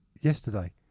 yesterday